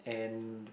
and